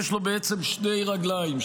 יש לו בעצם שתי רגליים,